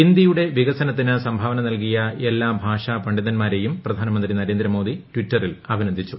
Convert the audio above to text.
ഹിന്ദിയുടെ വിക്സ്നത്തിന് സംഭാവന നൽകിയ എല്ലാ ഭാഷാ പണ്ഡിതന്മാരെയും പ്രിധാനമന്ത്രി നരേന്ദ്ര മോദി ട്വീറ്റിൽ അഭിനന്ദിച്ചു